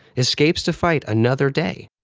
escapes to fight another day.